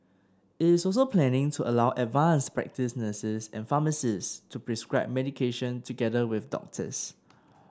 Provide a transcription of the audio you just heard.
it is also planning to allow advanced practice nurses and pharmacists to prescribe medication together with doctors